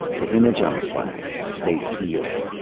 the image on the flag, the state seal,